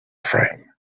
frame